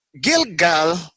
Gilgal